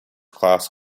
class